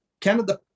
Canada